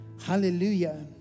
Hallelujah